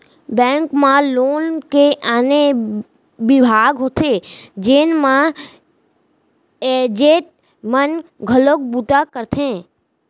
bank म loan के आने बिभाग होथे जेन म एजेंट मन घलोक बूता करथे